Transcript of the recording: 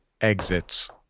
exits